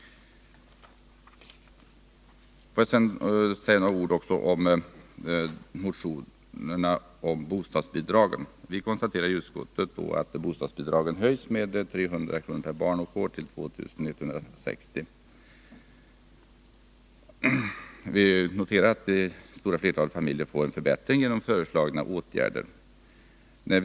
Får jag sedan säga några ord också rörande motionerna om bostadsbidragen. Vi konstaterar att bostadsbidragen höjs med 300 kr. per barn till 2 160 kr. per år. Vi noterar att det stora flertalet familjer får en förbättring genom de föreslagna åtgärderna.